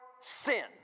sin